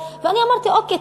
ואני אמרתי: אוקיי,